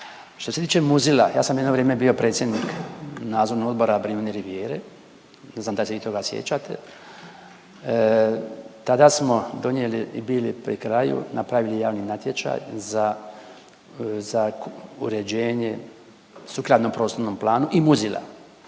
Što se tiče Muzila, ja sam jedno vrijeme bio predsjednik nadzornog odbora Brijuni Rivijere ne znam da li se vi toga sjećate, tada smo donijeli i bili pri kraju napravili jedan natječaj za, za uređenje sukladno prostornom planu i Muzila.